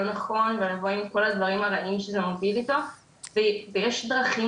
נכון ואומרים את כל הדברים הרעים שזה מביא אתו ויש דרכים